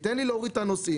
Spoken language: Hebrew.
שייתן לי להוריד את הנוסעים.